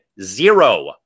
zero